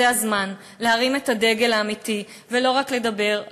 זה הזמן להרים את הדגל האמיתי ולא רק לדבר,